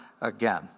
again